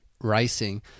racing